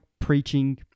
preaching